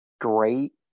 great